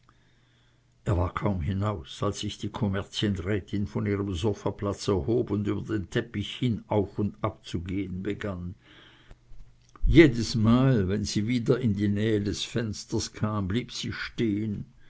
er war kaum hinaus als sich die kommerzienrätin von ihrem sofaplatz erhob und über den teppich hin auf und ab zu gehen begann jedesmal wenn sie wieder in die nähe des fensters kam blieb sie stehen